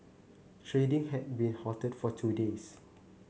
trading had been halted for two days